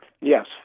Yes